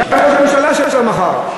גם ראש הממשלה לא מחה.